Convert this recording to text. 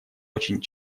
очень